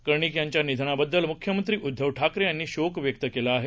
कर्णिकयांच्यानिधनाबद्दलमुख्यमंत्रीउद्धवठाकरेयांनीशोकव्यक्तकेलाआहे